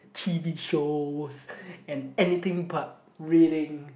T_V shows and anything but reading